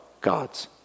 God's